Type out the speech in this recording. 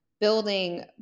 building